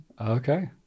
Okay